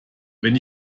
wenn